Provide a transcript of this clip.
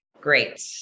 great